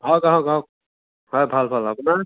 আহক আহক আহক হয় ভাল ভাল আপোনাৰ